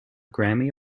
grammy